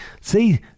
see